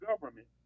government